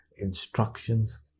Instructions